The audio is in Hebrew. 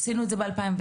עשינו את זה ב-2010,